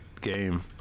game